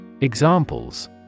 Examples